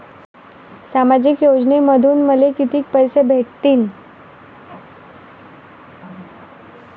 सामाजिक योजनेमंधून मले कितीक पैसे भेटतीनं?